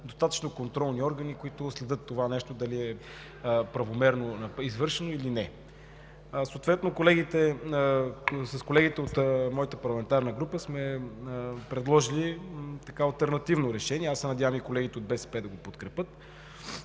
достатъчно контролни органи, които следят това нещо дали е правомерно извършено или не. Съответно с колегите от моята парламентарна група сме предложили алтернативно решение, надявам се и колегите от БСП да го подкрепят: